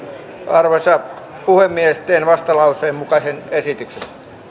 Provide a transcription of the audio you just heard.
arvoisa puhemies teen vastalauseen mukaisen esityksen